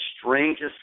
strangest